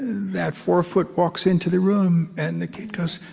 that four-foot walks into the room, and the kid goes,